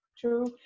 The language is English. true